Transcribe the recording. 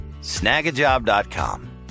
Snagajob.com